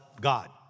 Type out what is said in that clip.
God